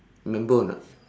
remember or not